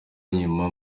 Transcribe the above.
nyuma